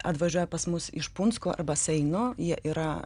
atvažiuoja pas mus iš punsko arba seino jie yra